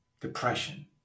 depression